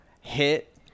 hit